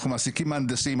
אנחנו מעסיקים מהנדסים,